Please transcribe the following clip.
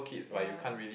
ya